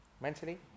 Mentally